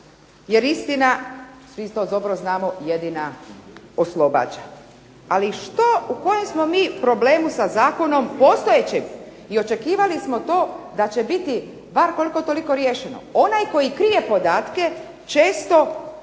jer istina, svi to dobro znamo jedina oslobađa. Ali što, u kojem smo mi problemu sa zakonom postojećim i očekivali smo to da će biti bar koliko toliko riješeno. Onaj koji krije podatke često